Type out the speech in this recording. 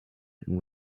and